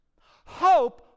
Hope